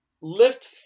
Lift